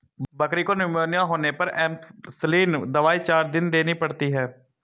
बकरी को निमोनिया होने पर एंपसलीन दवाई चार दिन देनी पड़ती है